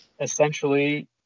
essentially